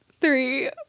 three